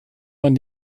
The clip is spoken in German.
man